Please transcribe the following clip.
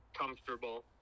comfortable